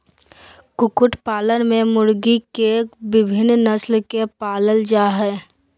कुकुट पालन में मुर्गी के विविन्न नस्ल के पालल जा हई